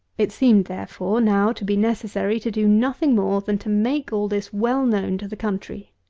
it seemed, therefore, now to be necessary to do nothing more than to make all this well known to the country.